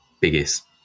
biggest